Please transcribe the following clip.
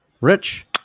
Rich